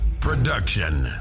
production